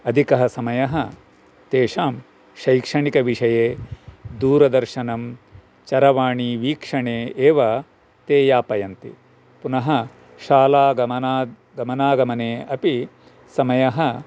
अधिकः समयः तेषां शैक्षणिकविषये दूरदर्शनं चरवाणीवीक्षणे एव ते यापयन्ति पुनः शालागमना गमनागमने अपि समयः